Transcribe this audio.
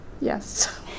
Yes